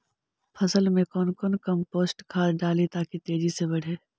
फसल मे कौन कम्पोस्ट खाद डाली ताकि तेजी से बदे?